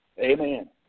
Amen